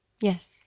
Yes